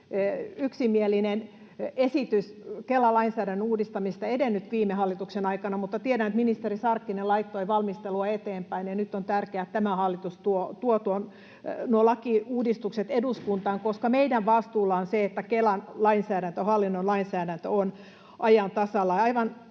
yksimielinen esitys Kela-lainsäädännön uudistamisesta edennyt viime hallituksen aikana, mutta tiedän, että ministeri Sarkkinen laittoi valmistelua eteenpäin, ja nyt on tärkeää, että tämä hallitus tuo nuo lakiuudistukset eduskuntaan, koska meidän vastuullamme on se, että Kelan lainsäädäntö, hallinnon lainsäädäntö, on ajan tasalla.